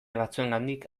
batzuengandik